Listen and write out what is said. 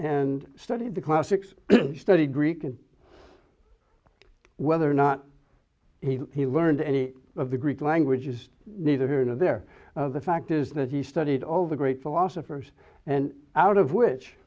and studied the classics studied greek and whether or not he he learned any of the greek language is neither here nor there the fact is that he studied all the great philosophers and out of which